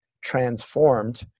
transformed